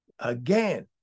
Again